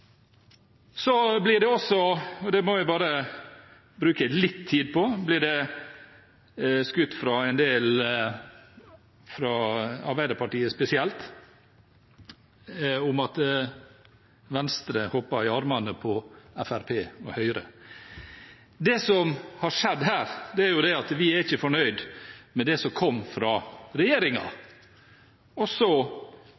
Så blir det også – og det må jeg bare bruke litt tid på – skutt fra en del, og fra Arbeiderpartiet spesielt, om at Venstre hopper i armene på Fremskrittspartiet og Høyre. Det som har skjedd her, er at vi ikke er fornøyd med det som kom fra